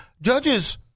judges